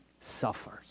suffers